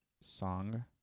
Song